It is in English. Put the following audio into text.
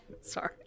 Sorry